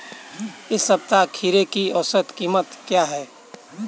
इस सप्ताह खीरे की औसत कीमत क्या है?